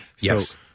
Yes